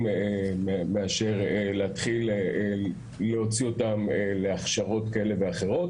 מאשר להתחיל להוציא אותן להכשרות כאלה ואחרות,